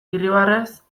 irribarrez